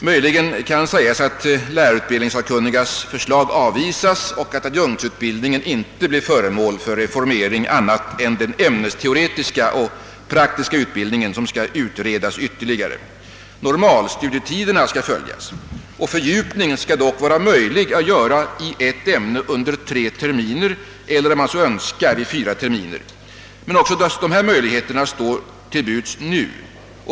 Möjligen kan sägas att lärarutbildningssakkunnigas förslag avvisas och att adjunktsutbildningen inte blir föremål för reformering annat än i fråga om ämnesteoretisk och praktisk utbildning, som skall utredas ytterligare. Normalstudietiderna skall följas. Fördjupning skall dock vara möjlig i ett ämne under tre terminer eller, om man så önskar, under fyra terminer. Men också dessa möjligheter står till buds nu.